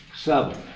seven